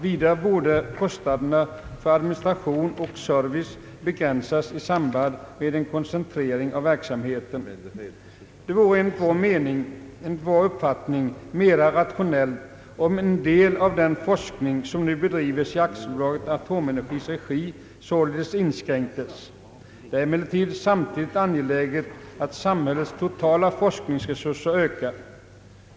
Vidare borde kostnaderna för administration och service begränsas i samband med en koncentration av verksamheten. Det vore enligt vår uppfattning mera rationellt om en del av den forskning, som nu bedrives i AB Atomenergis regi, således inskränktes. Emellertid är det samtidigt angeläget att samhällets totala forskningsresurser ökar.